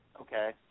Okay